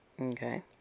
Okay